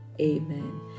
Amen